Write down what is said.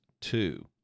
two